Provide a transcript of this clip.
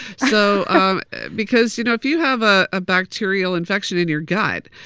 so because, you know, if you have a ah bacterial infection in your gut,